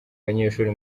banyeshuri